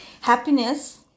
Happiness